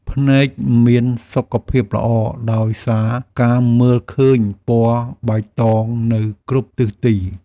ភ្នែកមានសុខភាពល្អដោយសារការមើលឃើញពណ៌បៃតងនៅគ្រប់ទិសទី។